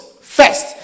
first